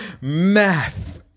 Math